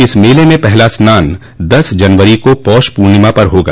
इस मेले में पहला स्नान दस जनवरी को पौष पूर्णिमा पर होगा